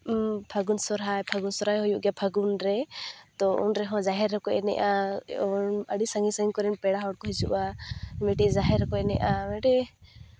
ᱯᱷᱟᱹᱜᱩᱱ ᱥᱚᱦᱨᱟᱭ ᱯᱷᱟᱹᱩᱱ ᱥᱚᱦᱨᱟᱭ ᱦᱚᱸ ᱦᱩᱭᱩᱜ ᱜᱮᱭᱟ ᱯᱷᱟᱹᱜᱩᱱ ᱨᱮ ᱩᱱ ᱨᱮᱦᱚᱸ ᱡᱟᱦᱮᱨ ᱨᱮᱠᱚ ᱮᱱᱮᱡᱼᱟ ᱩᱱ ᱟᱹᱰᱤ ᱥᱟᱺᱜᱤᱧ ᱥᱟᱺᱜᱤᱧ ᱠᱚᱨᱮᱱ ᱯᱮᱲᱟ ᱦᱚᱲᱠᱚ ᱦᱤᱡᱩᱜᱼᱟ ᱢᱤᱫᱴᱤᱡ ᱡᱟᱦᱮᱨ ᱨᱮᱠᱚ ᱮᱱᱮᱡᱼᱟ ᱢᱤᱫᱴᱤᱡ